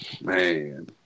Man